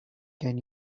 can